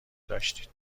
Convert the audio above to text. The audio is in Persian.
داشتید